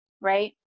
Right